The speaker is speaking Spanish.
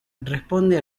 responde